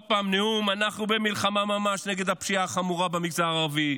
עוד פעם נאום: אנחנו במלחמה ממש נגד הפשיעה החמורה במגזר הערבי,